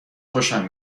خوشم